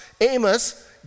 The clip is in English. Amos